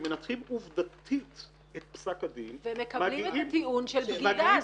שמנתחים עובדתית את פסק הדין מגיעים --- ומקבלים את הטיעון של בגידה.